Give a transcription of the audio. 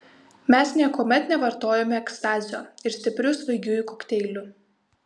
mes niekuomet nevartojome ekstazio ir stiprių svaigiųjų kokteilių